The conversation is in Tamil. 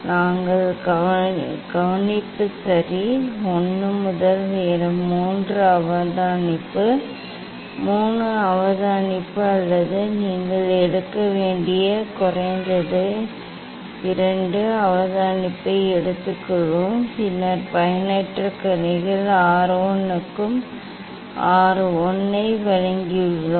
நாங்கள் கவனிப்பு சரி 1 முதல் 3 அவதானிப்பு 3 அவதானிப்பு அல்லது நீங்கள் எடுக்க வேண்டிய குறைந்தது 2 அவதானிப்பை எடுத்துக்கொள்வோம் பின்னர் பயனற்ற கதிர்கள் 0 க்கு 1 ஐ வழங்கியுள்ளோம்